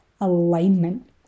alignment